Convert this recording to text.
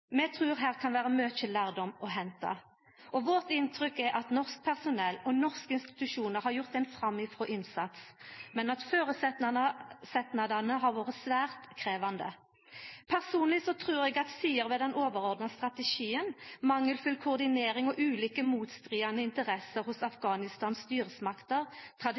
Vi trur her kan vera mykje lærdom å henta, og vårt inntrykk er at norsk personell og norske institusjonar har gjort ein framifrå innsats, men at føresetnadane har vore svært krevjande. Personleg trur eg at sider ved den overordna strategien, mangelfull koordinering og ulike motstridande interesser hos